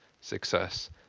success